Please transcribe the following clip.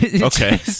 okay